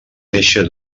néixer